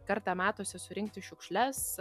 kartą metuose surinkti šiukšles